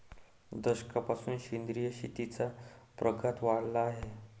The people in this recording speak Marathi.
दशकापासून सेंद्रिय शेतीचा प्रघात वाढला आहे